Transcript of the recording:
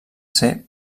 ser